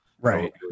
right